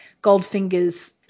Goldfinger's –